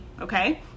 okay